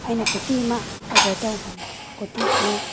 ꯑꯩꯅ ꯀꯨꯔꯇꯤ ꯑꯃ ꯑꯣꯗꯔ ꯇꯧꯕꯅꯦ ꯀꯨꯔꯇꯤꯁꯤ